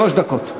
שלוש דקות.